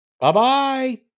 Bye-bye